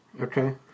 Okay